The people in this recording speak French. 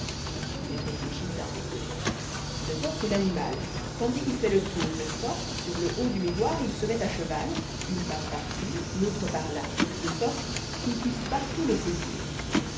il réfléchit un peu de peur que l'animal tandis qu'il fait le tour ne sorte sur le haut du miroir il se met à cheval une patte par-ci l'autre par là de sorte qu'il puisse partout le saisir